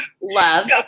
Love